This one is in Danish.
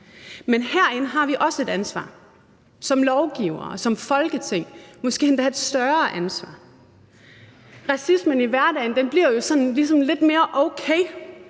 Men herinde har vi også et ansvar som lovgivere og som Folketing, måske endda et større ansvar. Racismen i hverdagen bliver jo ligesom sådan lidt mere okay,